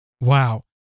Wow